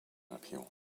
appeal